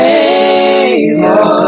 Savior